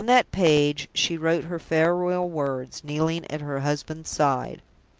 on that page she wrote her farewell words, kneeling at her husband's side.